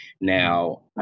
Now